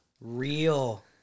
real